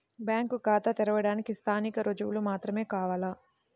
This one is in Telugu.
బ్యాంకు ఖాతా తెరవడానికి స్థానిక రుజువులు మాత్రమే కావాలా?